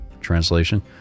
translation